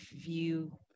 view